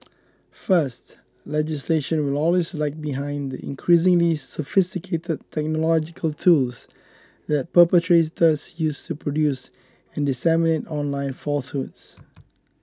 first legislation will always lag behind the increasingly sophisticated technological tools that perpetrators use to produce and disseminate online falsehoods